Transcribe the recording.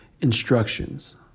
Instructions